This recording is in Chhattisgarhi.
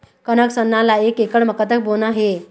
कनक सरना ला एक एकड़ म कतक बोना हे?